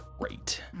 Great